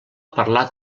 parlar